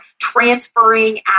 transferring